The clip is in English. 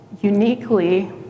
uniquely